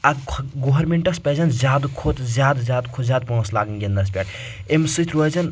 اتھ گوٚہَرمٮ۪نٹس پزن زیادٕ کھۄتہٕ زیادٕ زیادٕ کھۄتہٕ زیادٕ پونٛسہٕ لاگٕنۍ گنٛدنَس پؠٹھ امہِ سۭتۍ روزن